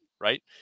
right